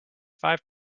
five